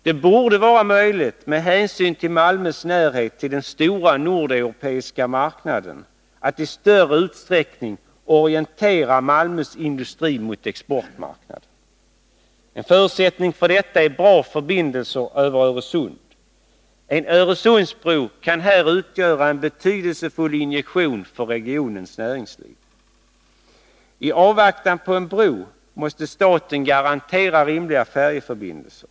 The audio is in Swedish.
Det borde vara möjligt, med hänsyn till Malmös närhet till den stora nordeuropeiska marknaden, att i större utsträckning orientera Malmös industri mot exportmarknaden. En förutsättning för detta är bra förbindelser över Öresund. En Öresundsbro kan här utgöra en betydelsefull injektion för regionens näringsliv. I avvaktan på en bro måste staten garantera rimliga färjeförbindelser.